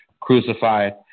crucified